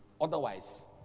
Otherwise